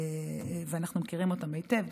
ואנחנו מכירים אותם היטב,